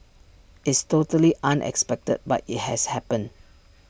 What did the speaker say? it's totally unexpected but IT has happened